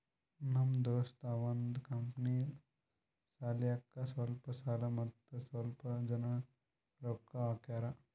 ನಮ್ ದೋಸ್ತ ಅವಂದ್ ಕಂಪನಿ ಸಲ್ಯಾಕ್ ಸ್ವಲ್ಪ ಸಾಲ ಮತ್ತ ಸ್ವಲ್ಪ್ ಜನ ರೊಕ್ಕಾ ಹಾಕ್ಯಾರ್